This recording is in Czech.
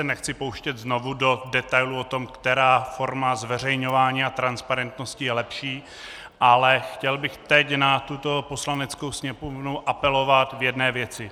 Nechci se pouštět znovu do detailů o tom, která forma zveřejňování a transparentnosti je lepší, ale chtěl bych teď na tuto Poslaneckou sněmovnu apelovat v jedné věci.